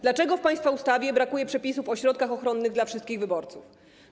Dlaczego w państwa ustawie brakuje przepisów o środkach ochronnych dla wszystkich wyborców?